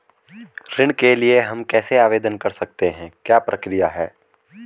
ऋण के लिए हम कैसे आवेदन कर सकते हैं क्या प्रक्रिया है?